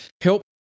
help